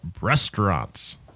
restaurants